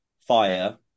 fire